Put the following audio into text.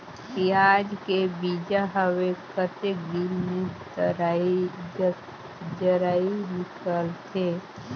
पियाज के बीजा हवे कतेक दिन मे जराई निकलथे?